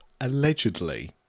allegedly